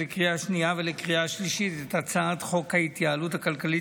התשפ"ג 2023. במסגרת חוק ההתייעלות הכלכלית